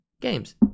games